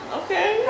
okay